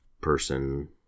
person